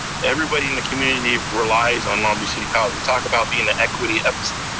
everybody in the community relies on long beach city college. we talk about being the equity epicenter.